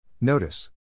Notice